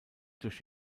durch